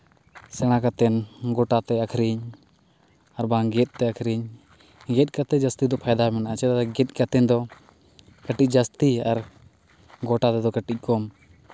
ᱥᱮᱬᱟ ᱠᱟᱛᱮᱫ ᱜᱚᱴᱟᱛᱮ ᱟᱠᱷᱨᱤᱧ ᱟᱨ ᱵᱟᱝ ᱜᱮᱫ ᱛᱮ ᱟᱠᱷᱨᱤᱧ ᱜᱮᱫ ᱠᱟᱛᱮᱫ ᱡᱟᱹᱥᱛᱤ ᱫᱚ ᱯᱷᱟᱭᱫᱟ ᱢᱮᱱᱟᱜᱼᱟ ᱪᱮᱫᱟᱜ ᱥᱮ ᱜᱮᱫ ᱠᱟᱛᱮᱫ ᱫᱚ ᱠᱟᱹᱴᱤᱡᱽ ᱡᱟᱹᱥᱛᱤ ᱟᱨ ᱜᱚᱴᱟ ᱛᱮᱫᱚ ᱠᱟᱹᱴᱤᱡᱽ ᱠᱚᱢ